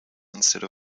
instead